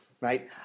right